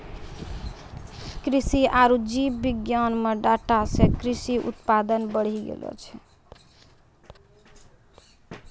कृषि आरु जीव विज्ञान मे डाटा से कृषि उत्पादन बढ़ी गेलो छै